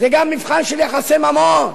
זה גם מבחן של יחסי ממון.